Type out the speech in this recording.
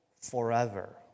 Forever